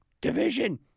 division